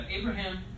Abraham